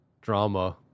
drama